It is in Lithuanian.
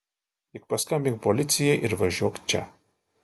tik paskambink policijai ir važiuok čia